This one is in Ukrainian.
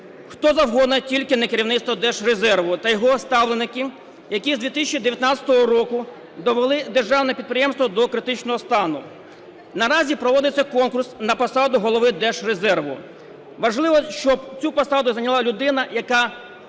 Хто завгодно, тільки не керівництво Держрезерву та його ставленики, які з 2019 року довели державне підприємство до критичного стану. Наразі проводиться конкурс на посаду голови Держрезерву. Важливо, щоб цю посаду зайняла людина, яка